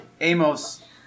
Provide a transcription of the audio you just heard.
Amos